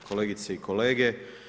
Kolegice i kolege.